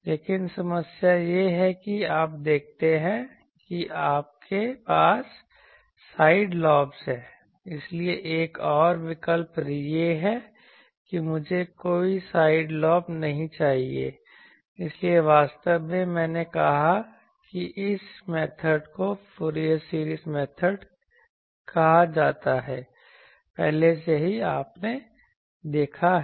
लेकिन समस्या यह है कि आप देखते हैं कि आपके पास साइड लॉब्स हैं इसलिए एक और विकल्प यह है कि मुझे कोई साइड लॉब नहीं चाहिए इसलिए वास्तव में मैंने कहा कि इस मेथड को फूरियर सीरीज मेथड कहा जाता है पहले से ही आपने देखा है